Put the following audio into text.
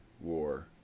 war